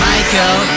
Michael